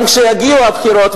גם כשיגיעו הבחירות,